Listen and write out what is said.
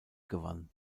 gewann